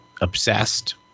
obsessed